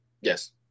Yes